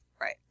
Right